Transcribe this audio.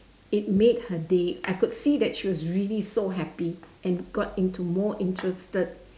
it made her day I could see that she was really so happy and got into more interested